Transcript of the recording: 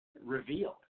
revealed